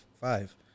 five